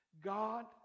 God